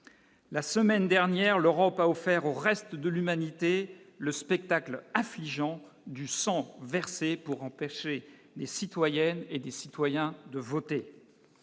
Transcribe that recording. la semaine dernière, l'Europe a offert au reste de l'humanité, le spectacle affligeant du sang versé pour empêcher les citoyennes et des citoyens de voter